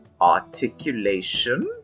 articulation